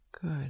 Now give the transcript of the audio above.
Good